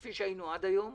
כפי שהיינו עד היום,